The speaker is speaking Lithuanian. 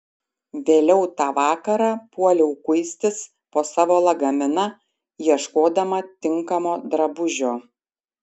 vėliau tą vakarą puoliau kuistis po savo lagaminą ieškodama tinkamo drabužio